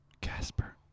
Casper